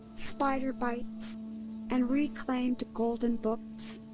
spider bites and reclaimed golden books.